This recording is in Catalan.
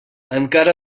encara